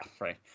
right